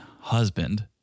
husband